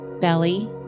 Belly